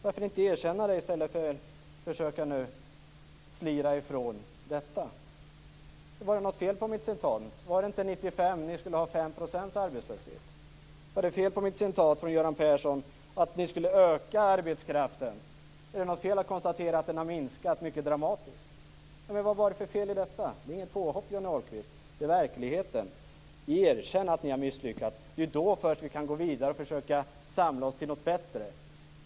Varför kan ni inte erkänna det i stället för att försöka slira ifrån detta? Var det något fel på mitt citat? Var det inte 1995 ni skulle ha en arbetslöshet på 5 %? Var det fel på mitt citat från Göran Persson att ni skulle öka arbetskraften? Är det något fel att konstatera att den har minskat mycket dramatiskt? Vad var det för fel i detta? Det är inget påhopp, Johnny Ahlqvist. Det är verkligheten. Erkänn att ni har misslyckats! Det är först då vi kan gå vidare och försöka samla oss till något bättre.